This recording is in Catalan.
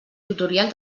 tutorial